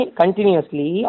continuously